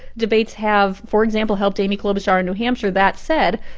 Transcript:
debates have, for example, helped amy klobuchar in new hampshire. that said,